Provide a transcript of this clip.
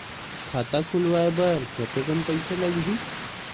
खाता खुलवाय बर कतेकन पईसा लगही?